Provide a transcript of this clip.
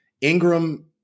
ingram